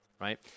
right